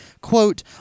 quote